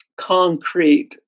concrete